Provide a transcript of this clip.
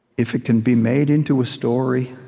if it can be made into a story,